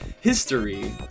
History